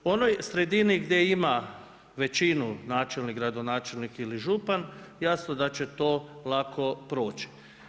U onoj sredini gdje ima većina načelnik, gradonačelnik ili župan, jasno da će to lako proći.